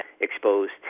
exposed